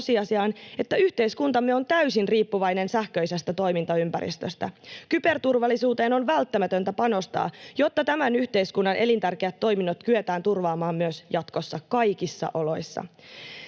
että yhteiskuntamme on täysin riippuvainen sähköisestä toimintaympäristöstä. Kyberturvallisuuteen on välttämätöntä panostaa, jotta tämän yhteiskunnan elintärkeät toiminnot kyetään turvaamaan myös jatkossa kaikissa oloissa.